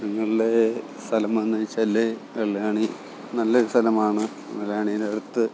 നിങ്ങൾ സ്ഥലം വാങ്ങാച്ചാൽ വെള്ളായണി നല്ല ഒരു സ്ഥലമാണ് വെള്ളായണീനകത്ത്